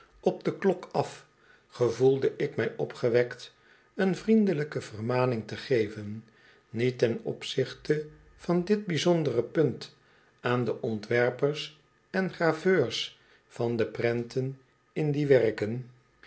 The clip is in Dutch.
op de klok af gevoelde ik mij opgewekt een vriendelijke vermaning te geven niet ten opzichte van dit bijzondere punt aan de ontwerpers en graveurs van de prenten in die werken